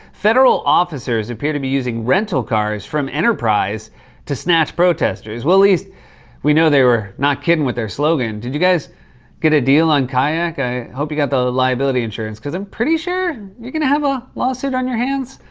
federal officers appear to be using rental cars from enterprise to snatch protesters. well, at least we know they were not kidding with their slogan. did you guys get a deal on kayak? i hope you got the liability insurance cause i'm pretty sure you're going to have a lawsuit on your hands.